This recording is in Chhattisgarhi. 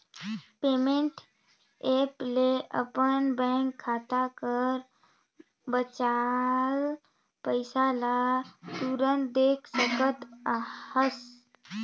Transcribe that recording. पेमेंट ऐप ले अपन बेंक खाता कर बांचल पइसा ल तुरते देख सकत अहस